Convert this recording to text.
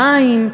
המים,